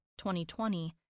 2020